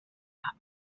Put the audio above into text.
are